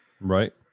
Right